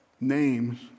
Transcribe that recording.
names